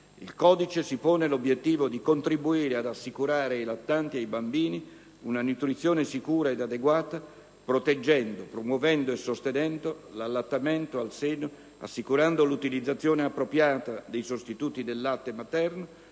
Il Codice si pone l'obiettivo di contribuire ad assicurare ai lattanti e ai bambini una nutrizione sicura ed adeguata, proteggendo, promuovendo e sostenendo l'allattamento al seno, assicurando l'utilizzazione appropriata dei sostituti del latte materno,